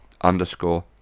underscore